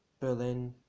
Berlin